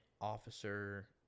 officer